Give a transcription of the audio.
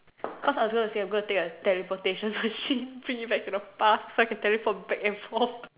cause I was going to say I would bring a teleportation machine bring it back to the past so I can teleport back and forth